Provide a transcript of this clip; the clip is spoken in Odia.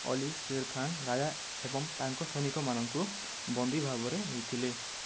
ଅଲି ସେରଖାନ ରାଜା ଏବଂ ତାଙ୍କ ସୈନିକମାନଙ୍କୁ ବନ୍ଦୀ ଭାବରେ ନେଇଥିଲେ